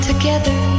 together